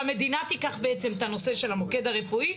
שהמדינה תיקח בעצם את הנושא של המוקד הרפואי,